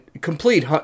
complete